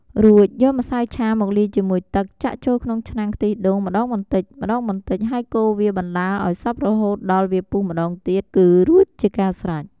រួចយកម្សៅឆាមកលាយជាមួយទឹក ចាក់ចូលក្នុងឆ្នាំងខ្ទិះដូងម្ដងបន្តិចៗ ហើយកូរវាបណ្ដើរឱ្យសព្វរហូតដល់វាពុះម្ដងទៀតគឺរួចជាការស្រេច។